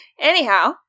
Anyhow